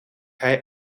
hij